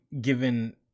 given